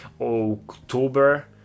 October